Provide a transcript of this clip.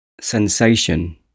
sensation